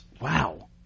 Wow